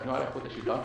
של התנועה לאיכות השלטון,